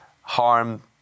harm